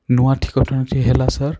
ନୂଆ ଠିକଣାଟି ହେଲା ସାର୍